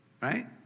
right